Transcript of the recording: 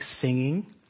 singing